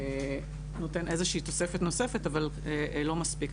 נותן איזוהי תוספת נוספת אבל לא מספיק.